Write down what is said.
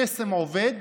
הקסם עובד